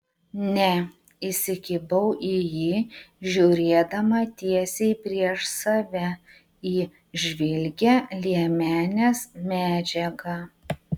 ne įsikibau į jį žiūrėdama tiesiai prieš save į žvilgią liemenės medžiagą